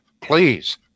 Please